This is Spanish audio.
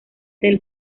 del